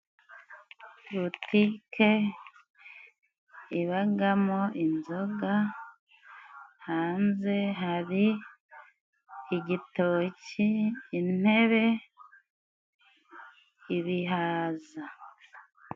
Butike ibagamo inzoga hanze hari igitoki， intebe n'ibihaza.